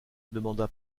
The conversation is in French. demanda